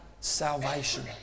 salvation